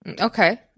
Okay